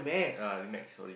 ya Remax sorry